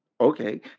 okay